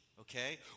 Okay